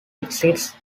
exists